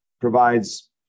provides